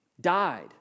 died